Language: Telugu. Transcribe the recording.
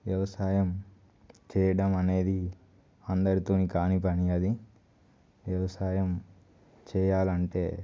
వ్యవసాయం చేయడం అనేది అందరితోని కాని పని అది వ్యవసాయం చేయాలంటే